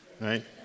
right